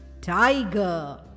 Tiger